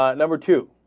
um number two